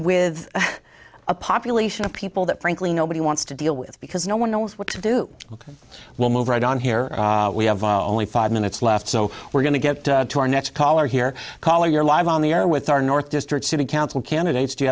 with a population of people that frankly nobody wants to deal with because no one knows what to do ok well move right on here we have only five minutes left so we're going to get to our next caller here caller you're live on the air with our north district city council candidates do you